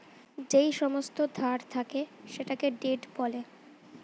যেই সমস্ত ধার থাকে সেটাকে ডেট বলে